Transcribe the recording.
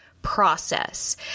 Process